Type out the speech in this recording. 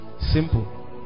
simple